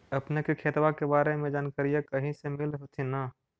अपने के खेतबा के बारे मे जनकरीया कही से मिल होथिं न?